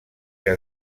que